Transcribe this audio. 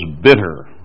bitter